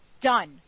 done